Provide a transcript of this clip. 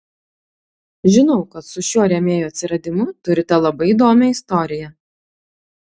žinau kad su šiuo rėmėjo atsiradimu turite labai įdomią istoriją